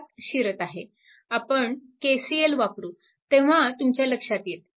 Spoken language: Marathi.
आपण KCL वापरू तेव्हा तुमच्या लक्षात येईल